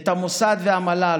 את המוסד והמל"ל,